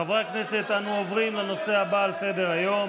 חברי הכנסת, אנו עוברים לנושא הבא על סדר-היום,